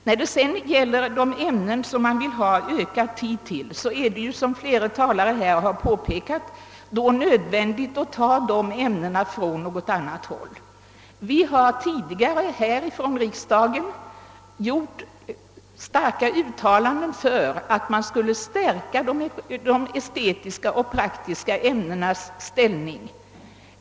När det sedan gäller de ämnen som man vill ha ökad tid till är det, som flera talare påpekat, nödvändigt att ta tiden för dessa ämnen från andra ämnen. Riksdagen har tidigare gjort be stämda uttalanden för en förstärkning av de estetiska och praktiska ämnenas ställning.